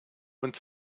und